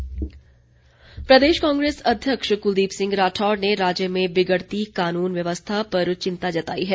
कांग्रेस प्रदेश कांग्रेस अध्यक्ष क्लदीप सिंह राठौर ने राज्य में बिगड़ती कानून व्यवस्था पर चिंता जताई है